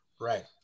Right